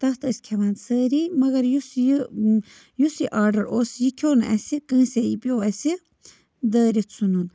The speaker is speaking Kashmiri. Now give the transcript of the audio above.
تَتھ ٲسۍ کھٮ۪وان سٲری مگر یُس یہِ یُس یہِ آرڈَر اوس یہِ کھیٚو نہٕ اَسہِ کٲنٛسے یہِ پیٚو اَسہِ دٲرِتھ ژھُنُن